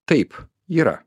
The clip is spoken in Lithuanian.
taip yra